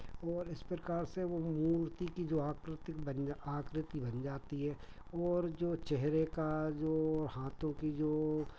और इस प्रकार से वो मूर्ति की जो आकृति बन जा आकृति बन जाती है और जो चेहरे का जो और हाथों की जो